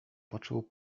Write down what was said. począł